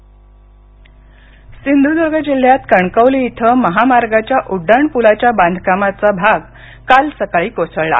सिंधुदुर्ग सिंधुदूर्ग जिल्ह्यात कणकवली इथं महामार्गाच्या उड्डाण पुलाच्या बांधकामाचा भाग काल सकाळी कोसळला